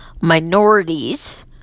minorities